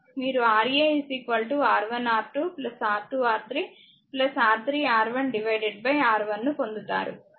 మీరు Ra R1R2 R2R3 R3R1 R1 ను పొందుతారు